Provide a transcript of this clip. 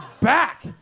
back